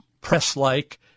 press-like